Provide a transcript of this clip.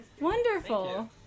Wonderful